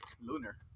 Lunar